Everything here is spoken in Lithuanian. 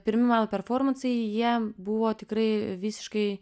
pirmi mano performansai jie buvo tikrai visiškai